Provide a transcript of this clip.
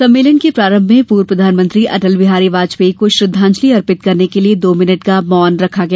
सम्मेलन के प्रारम्म में पूर्व प्रधानमंत्री अटल बिहारी वाजपेयी को श्रद्धांजलि अर्पित करने के लिये दो मीनट का मौन रखा गया